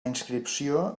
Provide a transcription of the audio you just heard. inscripció